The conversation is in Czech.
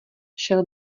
šel